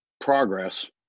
progress